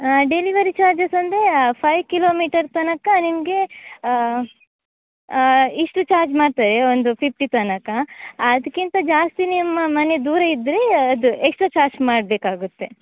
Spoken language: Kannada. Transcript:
ಹಾಂ ಡೆಲಿವರಿ ಚಾರ್ಜಸ್ ಅಂದರೆ ಫೈ ಕಿಲೋಮೀಟರ್ ತನಕ ನಿಮಗೆ ಇಷ್ಟು ಚಾರ್ಜ್ ಮಾಡ್ತೆವೆ ಒಂದು ಫಿಫ್ಟಿ ತನಕ ಅದ್ಕಿಂತ ಜಾಸ್ತಿ ನಿಮ್ಮ ಮನೆ ದೂರ ಇದ್ರೆ ಅದು ಎಕ್ಸ್ಟ್ರಾ ಚಾರ್ಜ್ ಮಾಡ್ಬೇಕಾಗುತ್ತೆ